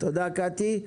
תודה, קטי.